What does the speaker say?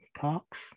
Cox